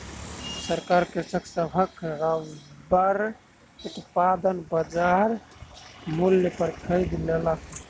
सरकार कृषक सभक रबड़ उत्पादन बजार मूल्य पर खरीद लेलक